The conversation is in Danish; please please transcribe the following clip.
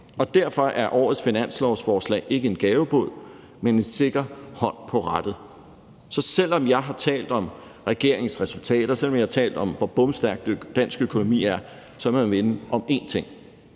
og derfor er årets finanslovsforslag ikke en gavebod, men en sikker hånd på rettet. Så selv om jeg har talt om regeringens resultater, og selv om jeg har talt om, hvor bomstærk dansk økonomi er, så lad mig minde om en ting: